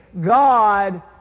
God